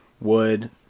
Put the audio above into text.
wood